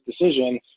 decision